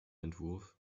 entwurf